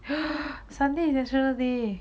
sunday is national day